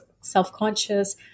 self-conscious